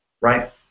Right